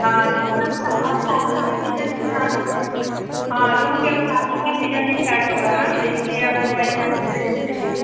हाँ क्योंकि अब सा अब शादी का सीजन इस्टाट हो गए हाँ क्योंकि अब शादी का सीजन इश्टाट होगा ना तो इसलिए अब तो वैसा ही ड्रेस चाहिए